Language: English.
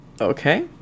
Okay